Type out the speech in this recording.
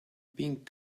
pink